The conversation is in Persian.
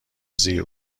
زیر